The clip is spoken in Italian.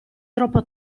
troppo